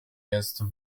jest